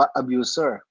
abuser